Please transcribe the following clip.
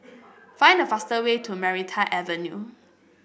find the faster way to Maranta Avenue